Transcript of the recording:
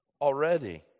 already